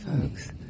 folks